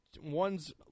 one's